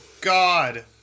God